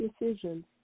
decisions